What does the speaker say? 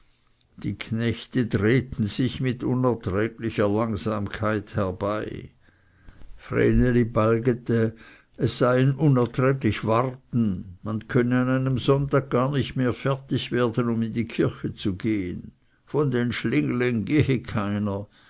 die knechte drehten sich mit unerträglicher langsamkeit herbei vreneli balgete es sei ein unerträglich warten man könne an einem sonntag gar nicht mehr fertig werden um in die kirche zu gehen von den schlinglen gehe keiner